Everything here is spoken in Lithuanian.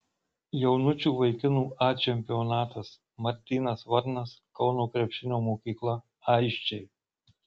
jaunučių vaikinų a čempionatas martynas varnas kauno krepšinio mokykla aisčiai